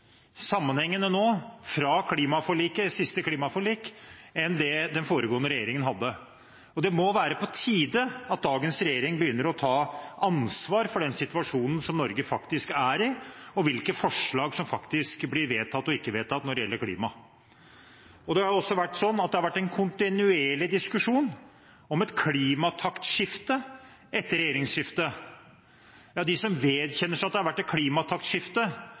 fra det siste klimaforliket, enn det den foregående regjeringen hadde, og det må være på tide at dagens regjering begynner å ta ansvar for den situasjonen Norge faktisk er i, og hvilke forslag som faktisk blir vedtatt og ikke vedtatt, når det gjelder klima. Det har også vært en kontinuerlig diskusjon om et klimataktskifte etter regjeringsskiftet. Ja, de som vedkjenner seg at det har vært et klimataktskifte,